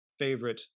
favorite